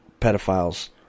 pedophiles